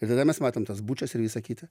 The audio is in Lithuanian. ir tada mes matom tas bučas ir visa kita